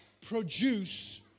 produce